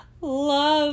love